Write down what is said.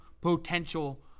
potential